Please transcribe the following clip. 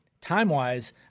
Time-wise